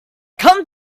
come